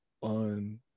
on